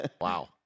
Wow